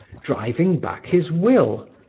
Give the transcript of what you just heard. driving back his will,